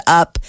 up